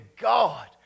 God